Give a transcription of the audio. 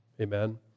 Amen